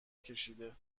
کشیده